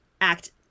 act